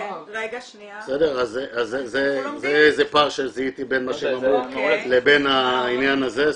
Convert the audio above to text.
זה פער שזיהיתי בין מה שהם אמרו לבין העניין הזה.